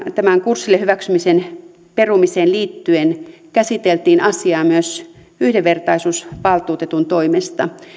tämän kurssille hyväksymisen perumiseen liittyen käsiteltiin asiaa myös yhdenvertaisuusvaltuutetun toimesta